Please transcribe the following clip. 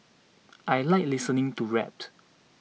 I like listening to rapt